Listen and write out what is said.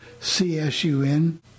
CSUN